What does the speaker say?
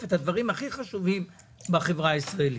את הדברים הכי חשובים בחברה בישראל.